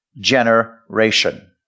generation